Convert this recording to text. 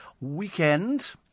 weekend